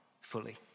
fully